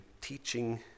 teaching